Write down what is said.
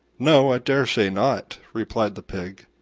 no, i dare say not, replied the pig,